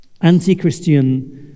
anti-Christian